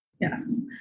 Yes